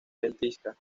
ventiscas